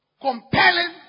compelling